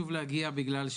בוקר טוב,